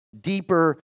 deeper